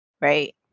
right